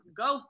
go